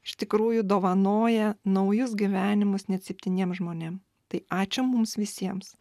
iš tikrųjų dovanoja naujus gyvenimus net septyniem žmonėm tai ačiū mums visiems